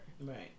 Right